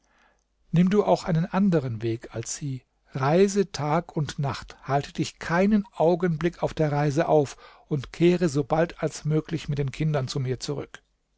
nimm du auch einen anderen weg als sie reise tag und nacht halte dich keinen augenblick auf der reise auf und kehre so bald als möglich mit den kindern zu mir zurück